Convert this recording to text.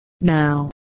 Now